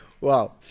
Wow